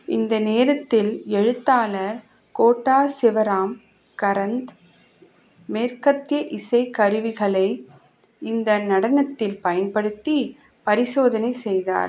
இந்த நேரத்தில் எழுத்தாளர் கோட்டா சிவராம் கரந்த் மேற்கத்திய இசைக் கருவிகளை இந்த நடனத்தில் பயன்படுத்தி பரிசோதனை செய்தார்